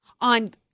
on